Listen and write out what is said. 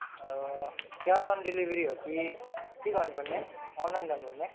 cash on delivery हो कि के गर्नुपर्ने अनलाइन गर्नुपर्ने